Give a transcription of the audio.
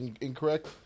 incorrect